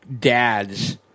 dads